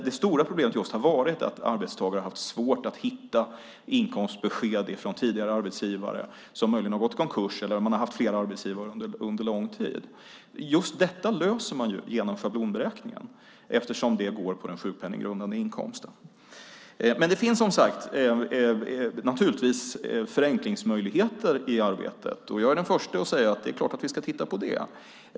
Det stora problemet har varit att arbetstagare haft svårt att hitta inkomstbesked från tidigare arbetsgivare som möjligen har gått i konkurs, eller man har haft flera arbetsgivare under lång tid. Just detta löser man genom schablonberäkningen eftersom den baseras på den sjukpenninggrundande inkomsten. Det finns som sagt naturligtvis förenklingsmöjligheter i arbetet. Jag är den förste att säga att vi ska titta på det.